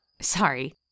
Sorry